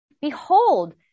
Behold